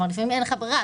לפעמים אין לך ברירה,